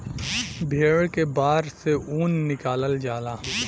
भेड़ के बार से ऊन निकालल जाला